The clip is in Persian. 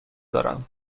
دارم